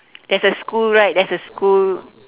there's a school right there's a school